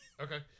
Okay